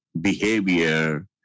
behavior